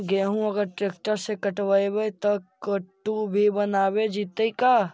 गेहूं अगर ट्रैक्टर से कटबइबै तब कटु भी बनाबे जितै का?